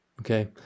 Okay